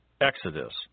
Exodus